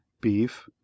beef